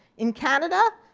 in canada,